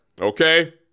okay